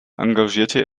engagierte